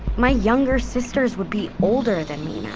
my younger sisters would be older than me now.